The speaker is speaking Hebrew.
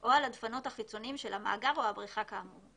או על הדפנות החיצוניים של המאגר או הבריכה כאמור,